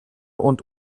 und